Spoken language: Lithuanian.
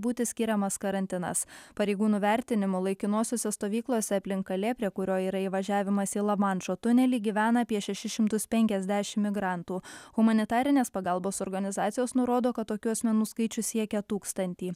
būti skiriamas karantinas pareigūnų vertinimu laikinosiose stovyklose aplink kalė prie kurio yra įvažiavimas į lamanšo tunelį gyvena apie šešis šimtus penkiasdešim migrantų humanitarinės pagalbos organizacijos nurodo kad tokių asmenų skaičius siekia tūkstantį